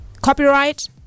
copyright